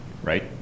right